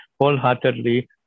wholeheartedly